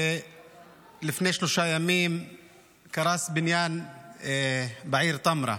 ולפני שלושה ימים קרס בניין בעיר טמרה.